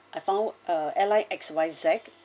I found uh airline X Y Z